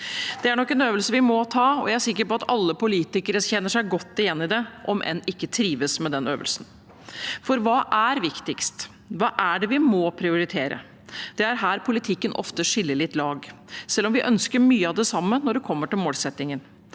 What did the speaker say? Det er nok en øvelse vi må ta, og jeg er sikker på at alle politikere kjenner seg godt igjen i det, om enn man ikke trives med den øvelsen. Hva er viktigst, hva er det vi må prioritere? Det er her politikken ofte skiller litt lag, selv om vi ønsker mye av det samme med hensyn til målsettingen.